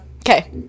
Okay